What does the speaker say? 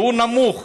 והוא נמוך,